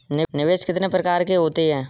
निवेश कितने प्रकार के होते हैं?